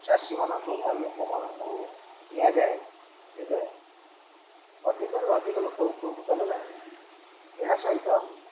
ଚାଷୀମାନଙ୍କୁ ବା ଲୋକମାନଙ୍କୁ ଦିଆଯାଏ ତେବେ ଅଧିକରୁ ଅଧିକ ଲୋକ ଉପକୃତ ହେବେ ଏହା ସହିତ